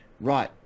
right